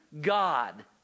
God